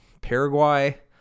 Paraguay